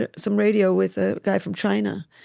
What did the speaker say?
ah some radio with a guy from china.